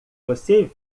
você